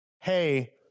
Hey